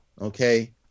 Okay